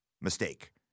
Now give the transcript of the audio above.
mistake